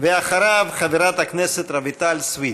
אחריו, חברת הכנסת רויטל סויד.